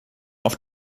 auf